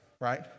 right